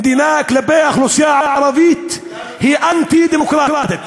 כלפי האוכלוסייה הערבית, היא מדינה אנטי-דמוקרטית.